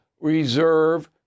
reserve